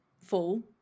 full